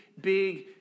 big